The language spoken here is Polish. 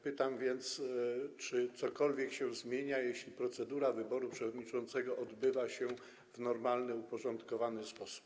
Pytam więc, czy cokolwiek się zmienia, jeśli procedura wyboru przewodniczącego odbywa się w normalny, uporządkowany sposób.